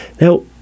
Now